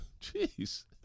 Jeez